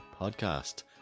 Podcast